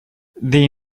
the